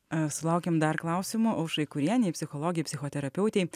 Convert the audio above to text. sulaukėm dar klausimų aušrai kurienei psichologei psichoterapeutei